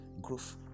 growth